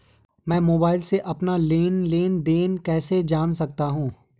मैं मोबाइल से अपना लेन लेन देन कैसे जान सकता हूँ?